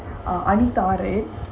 uh anita right